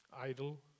idle